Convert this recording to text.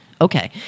Okay